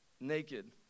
naked